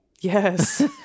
Yes